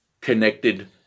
connected